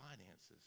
finances